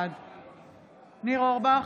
בעד ניר אורבך,